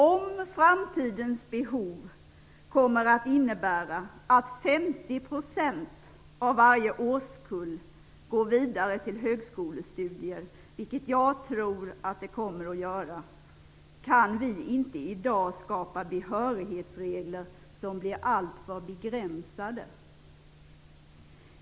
Om framtidens behov kommer att innebära att 50 % av varje årskull går vidare till högskolestudier, vilket jag tror, kan vi inte i dag skapa behörighetsregler som blir alltför begränsade.